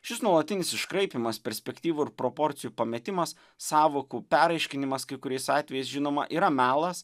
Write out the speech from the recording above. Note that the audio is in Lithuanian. šis nuolatinis iškraipymas perspektyvų ir proporcijų pametimas sąvokų peraiškinimas kai kuriais atvejais žinoma yra melas